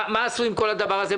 מה עשו עם כל הדבר הזה,